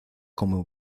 como